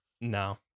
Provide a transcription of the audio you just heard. no